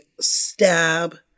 stab